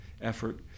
effort